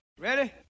Ready